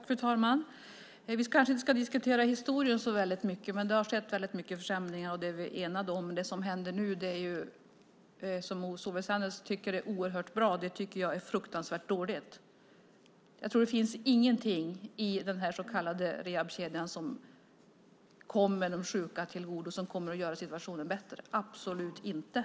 Fru talman! Vi kanske inte ska diskutera historien så väldigt mycket. Vi är ense om att det har skett väldigt många försämringar. Det som händer nu och som Solveig Zander tycker är oerhört bra tycker jag är fruktansvärt dåligt. Det finns ingenting i den så kallade rehabkedjan som kommer de sjuka till godo och gör situationen bättre. Absolut inte.